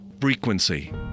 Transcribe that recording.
frequency